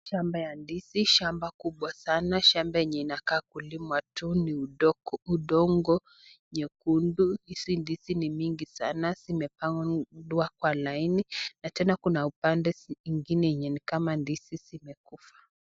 Shamba ya ndizi, shamba kubwa sana. Shamba yenye inakaa kulimwa tu ni udongo nyekundu. Hizi ndizi ni mingi sana. Zimepandwa kwa laini na tena kuna upande ingine yenye ni kama ndizi zimekufa.